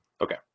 okay